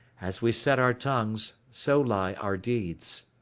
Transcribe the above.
as we set our tongues, so lie our deeds.